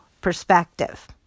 perspective